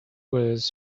was